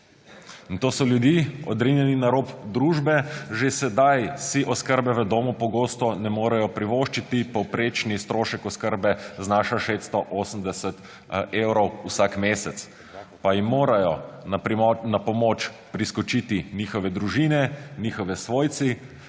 to so ljudje, odrinjeni na rob družbe. Že sedaj si oskrbe v domu pogosto ne morejo privoščiti – povprečni strošek oskrbe znaša 680 evrov vsak mesec – pa jim morajo na pomoč priskočiti njihove družine, njihovi svojci,